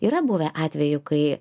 yra buvę atvejų kai